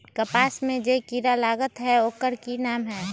कपास में जे किरा लागत है ओकर कि नाम है?